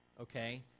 okay